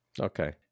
Okay